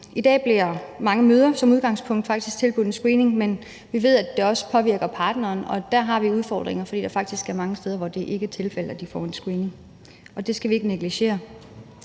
udgangspunkt faktisk tilbudt en screening, men vi ved, at det også påvirker partneren. Og der har vi udfordringer, fordi der faktisk er mange steder, hvor det ikke er tilfældet, at de får en screening. Det skal vi ikke negligere.